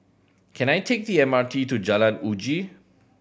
can I take the M R T to Jalan Uji